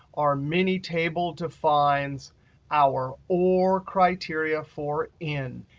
our mini-table defines our or criteria for in.